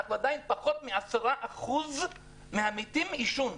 אנחנו עדיין פחות מ-10% מהמתים מעישון.